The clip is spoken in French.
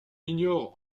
ignore